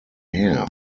hair